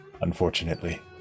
unfortunately